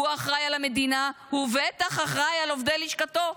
הוא האחראי על המדינה, ובטח אחראי על עובדי לשכתו.